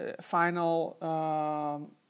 final